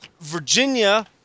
Virginia